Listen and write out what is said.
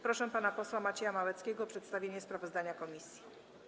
Proszę pana posła Macieja Małeckiego o przedstawienie sprawozdania komisji.